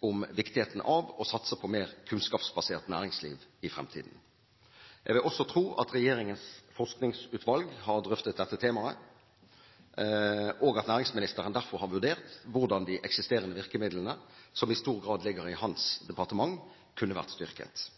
om viktigheten av å satse på et mer kunnskapsbasert næringsliv i fremtiden. Jeg vil også tro at regjeringens forskningsutvalg har drøftet dette temaet, og at næringsministeren derfor har vurdert hvordan de eksisterende virkemidlene, som i stor grad ligger i hans departement, kunne vært styrket.